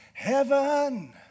heaven